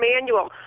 manual